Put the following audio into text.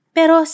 pero